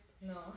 No